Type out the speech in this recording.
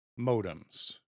modems